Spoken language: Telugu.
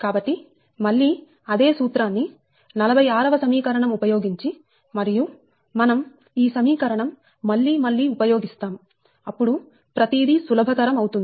కాబట్టి మళ్లీ అదే సూత్రాన్ని 46 వ సమీకరణం ఉపయోగించి మరియు మనం ఈ సమీకరణం మళ్లీ మళ్లీ ఉపయోగిస్తాము అప్పుడు ప్రతి దీ సులభతరం అవుతుంది